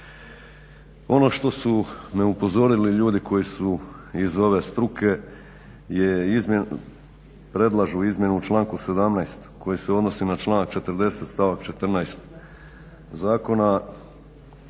Ono što su me upozorili ljudi koji su iz ove struke je, predlažu izmjenu u članku 17. koji se odnosi na članak 40. stavak 14. zakona